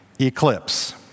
eclipse